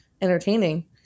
entertaining